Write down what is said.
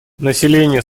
население